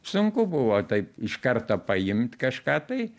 sunku buvo taip iš karto paimt kažką tai